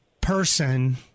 person